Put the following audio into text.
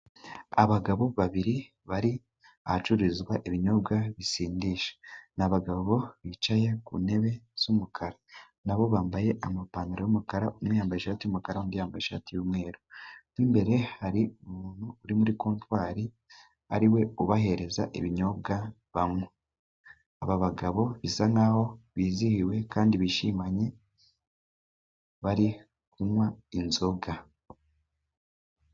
Abagabo babiri bari ahacururizwa ibinyobwa bisindisha. Ni abagabo bicaye ku ntebe z'umukara. Na bo bambaye amapantaro y'umukara, umwe yambaye ishati y'umukara, undi yambaye ishati y'umweru. Mo imbere hari umuntu uri muri kontoiwri ariwe ubahereza ibinyobwa banywa. Aba bagabo bisa nk'aho bizihiwe kandi bishimanye, bari kunywa inzoga.